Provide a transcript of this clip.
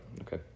Okay